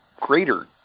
greater